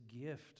gift